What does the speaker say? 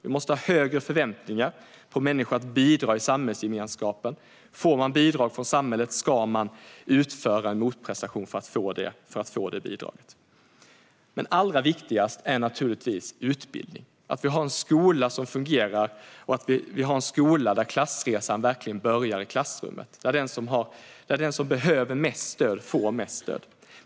Vi måste ha högre förväntningar på människor att bidra i samhällsgemenskapen. Får man bidrag från samhället ska man utföra en motprestation. Men allra viktigast är naturligtvis utbildning. Skolan ska fungera, och klassresan ska verkligen börja i klassrummet. Den som behöver mest stöd ska få mest stöd.